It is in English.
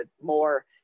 more